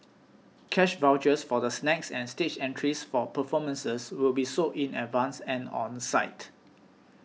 cash vouchers for the snacks and stage entries for performances will be sold in advance and on site